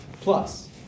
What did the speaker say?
plus